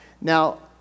Now